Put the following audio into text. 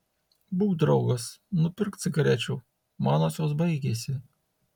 būk draugas nupirk cigarečių manosios baigėsi